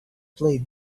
play